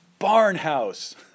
Barnhouse